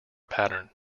pattern